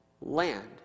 land